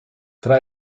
tra